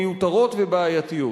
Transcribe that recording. מיותרות ובעייתיות.